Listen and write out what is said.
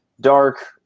Dark